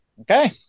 Okay